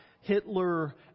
Hitler